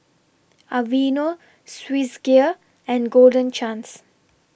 Aveeno Swissgear and Golden Chance